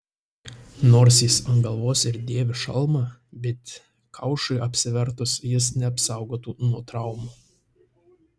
nors jis ant galvos ir dėvi šalmą bet kaušui apsivertus jis neapsaugotų nuo traumų